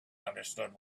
understood